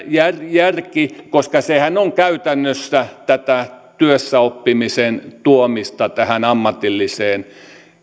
järki järki koska sehän on käytännössä tätä työssäoppimisen tuomista tähän ammatilliseen